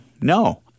No